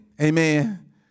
Amen